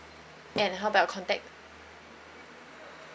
and how about contact